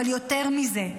אבל יותר מזה,